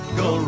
go